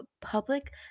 public